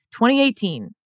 2018